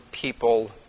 people